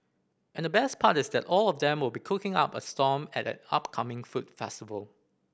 and the best part is that all of them will be cooking up a storm at an upcoming food festival